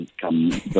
Come